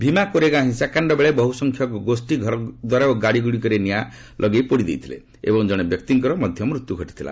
ଭିମାକୋରେଗାଁ ହିଂସାକାଣ୍ଡ ବେଳେ ବହୁ ସଂଖ୍ୟକ ଗୋଷ୍ଠୀ ଘରଦ୍ୱାର ଓ ଗାଡ଼ିଗୁଡ଼ିରେ ନିଆଁଲଗାଇ ପୋଡ଼ି ଦେଇଥିଲେ ଏବଂ ଜଣେ ବ୍ୟକ୍ତିଙ୍କର ମଧ୍ୟ ମୃତ୍ୟୁ ଘଟିଥିଲା